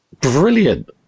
Brilliant